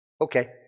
Okay